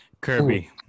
Kirby